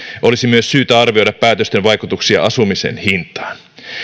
olisi myös syytä arvioida päätösten vaikutuksia asumisen hintaan